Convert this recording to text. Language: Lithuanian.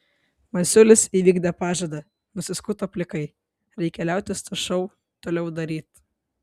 masiulis įvykdė pažadą nusiskuto plikai reikia liautis tą šou toliau daryti